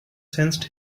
sensed